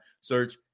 Search